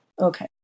Okay